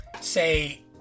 Say